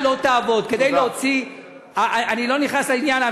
אני לא נכנס לעניין,